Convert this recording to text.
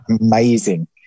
Amazing